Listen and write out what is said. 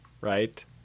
Right